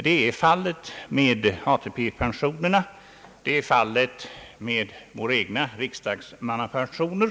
Det är fallet med ATP-pensionerna och med våra egna riksdagsmannapensioner.